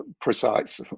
precise